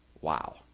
Wow